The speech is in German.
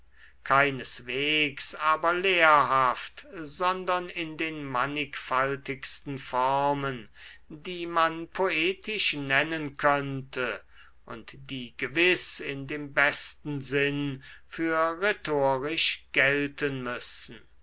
keineswegs aber lehrhaft sondern in den mannigfaltigsten formen die man poetisch nennen könnte und die gewiß in dem besten sinn für rhetorisch gelten müssen